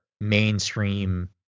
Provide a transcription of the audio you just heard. mainstream